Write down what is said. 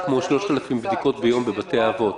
שנערכות כ-3,000 בדיקות ביום בבתי האבות